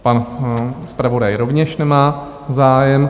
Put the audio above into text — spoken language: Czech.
Pan zpravodaj rovněž nemá zájem.